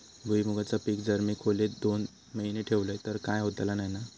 भुईमूगाचा पीक जर मी खोलेत दोन महिने ठेवलंय तर काय होतला नाय ना?